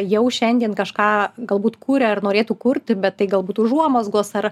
jau šiandien kažką galbūt kuria ar norėtų kurti bet tai galbūt užuomazgos ar